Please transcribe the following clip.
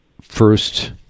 first